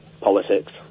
politics